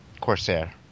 corsair